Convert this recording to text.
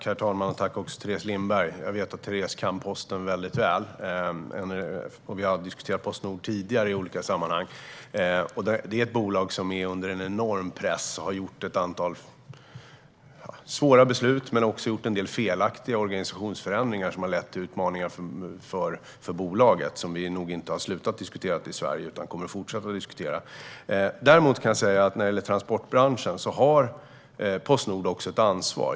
Herr talman! Jag vet att Teres Lindberg kan posten väl, och vi har diskuterat Postnord tidigare i olika sammanhang. Det är ett bolag som är under enorm press, har fattat en del svåra beslut och gjort en del felaktiga organisationsförändringar som har lett till utmaningar för bolaget - som vi inte har slutat att diskutera i Sverige utan kommer att fortsätta att diskutera. När det gäller transportbranschen har Postnord ett ansvar.